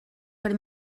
per